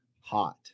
hot